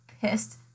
pissed